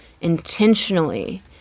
intentionally